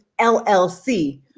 LLC